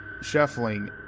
shuffling